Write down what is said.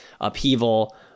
upheaval